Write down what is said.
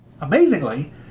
Amazingly